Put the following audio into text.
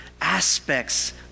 aspects